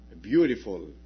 beautiful